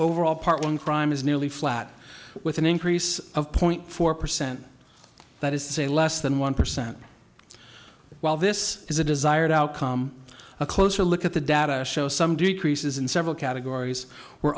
overall partner in crime is nearly flat with an increase of point four percent that is to say less than one percent while this is a desired outcome a closer look at the data show some do creases in several categories were